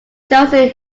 chosen